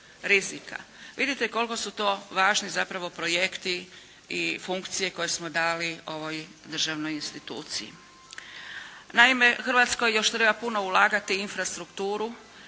rizika. Vidite koliko su to važni zapravo projekti i funkcije koje smo dali ovoj državnoj instituciji. Naime, Hrvatskoj još treba ulagati infrastrukturu,